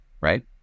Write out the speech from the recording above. right